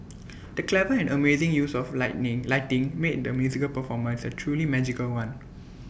the clever and amazing use of lightning lighting made the musical performance A truly magical one